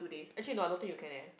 actually no I don't think you can eh